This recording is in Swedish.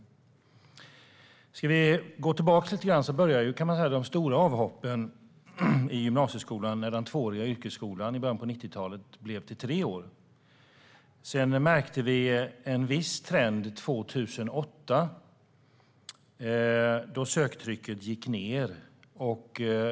Vi kan gå tillbaka lite grann. Man kan säga att de stora avhoppen i gymnasieskolan började när den tvååriga yrkesskolan i början av 90-talet blev treårig. Sedan märkte vi en viss trend 2008, då söktrycket minskade.